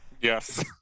Yes